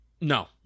No